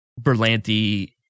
Berlanti